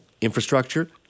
infrastructure